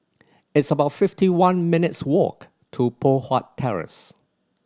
it's about fifty one minutes' walk to Poh Huat Terrace